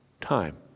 time